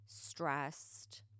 stressed